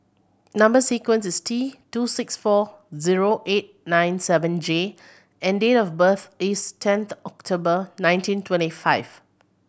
number sequence is T two six four zero eight nine seven J and date of birth is tenth October nineteen twenty five